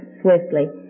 swiftly